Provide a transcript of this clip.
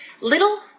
little